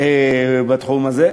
בתחום הזה,